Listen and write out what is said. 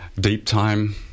deep-time